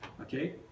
Okay